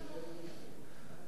17 נתקבלו.